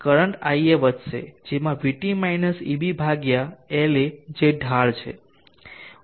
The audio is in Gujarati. કરંટ ia વધશે જેમાં vt માઈનસ eb ભાગ્યા La જે ઢાળ છે